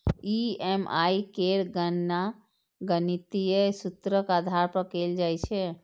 EMI केर गणना गणितीय सूत्रक आधार पर कैल जाइ छै